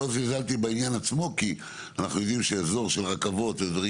לא זלזלתי בעניין עצמו כי אנחנו יודעים שאזור של רכבות ודברים